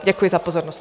Děkuji za pozornost.